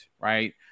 right